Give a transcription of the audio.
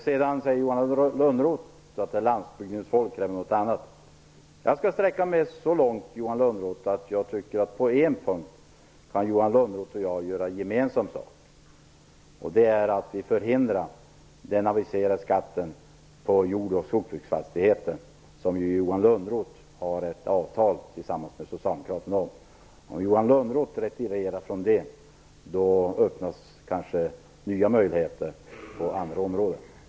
Johan Lönnroth sade att landsbygdens folk kräver någonting nytt. Jag skall sträcka mig så långt, Johan Lönnroth, att jag säger att jag tycker att Johan Lönnroth och jag kan göra gemensam sak på en punkt. Jag tänker då på den aviserade skatten på jord och skogsbruksfastigheter, som Johan Lönnroths parti och Socialdemokraterna har ett avtal om. Om Johan Lönnroth retirerar från det förslaget öppnas kanske nya möjligheter på andra områden.